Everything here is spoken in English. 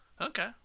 Okay